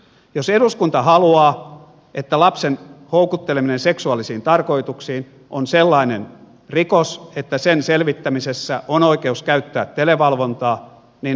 jos eduskunta haluaa että lapsen houkutteleminen seksuaalisiin tarkoituksiin on sellainen rikos että sen selvittämisessä on oikeus käyttää televalvontaa niin asia on näin